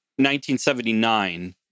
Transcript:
1979